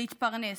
להתפרנס,